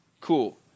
Cool